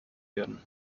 werden